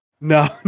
No